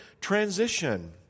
transition